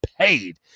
paid